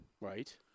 Right